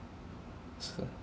so